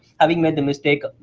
having made the mistake.